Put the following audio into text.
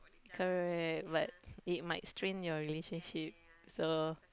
correct but it might strain your relationship so